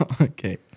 Okay